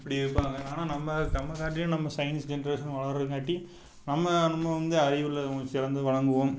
இப்படி இருப்பாங்க ஆனால் நம்ம தமிழ்நாட்லேயும் நம்ம சைன்ஸ் ஜென்ரேஷன் வளருறங்காட்டி நம்ம நம்ம வந்து அறிவில் சிறந்து விளங்குவோம்